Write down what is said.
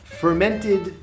fermented